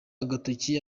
agatoki